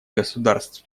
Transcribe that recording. государств